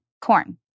corn